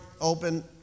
open